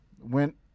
went